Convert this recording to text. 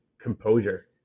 composure